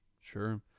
sure